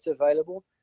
available